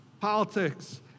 Politics